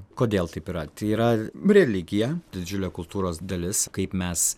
kodėl taip yra tai yra realigija didžiulė kultūros dalis kaip mes